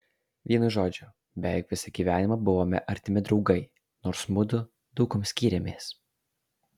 vienu žodžiu beveik visą gyvenimą buvome artimi draugai nors mudu daug kuom skyrėmės